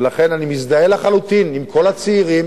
ולכן, אני מזדהה לחלוטין עם כל הצעירים